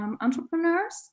entrepreneurs